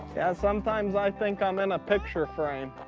sometimes i think i'm in a picture frame.